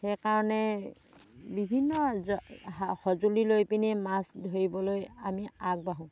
সেইকাৰণে বিভিন্ন সা সঁজুলি লৈ পিনি মাছ ধৰিবলৈ আমি আগবাঢ়োঁ